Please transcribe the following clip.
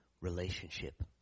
relationship